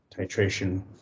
titration